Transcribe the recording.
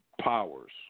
powers